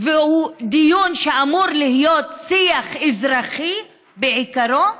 דיון שאמור להיות שיח אזרחי בעיקרו,